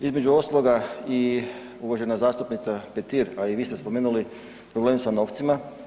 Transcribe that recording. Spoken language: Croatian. Između ostaloga i uvažena zastupnica Petir, i vi ste spomenuli problem sa novcima.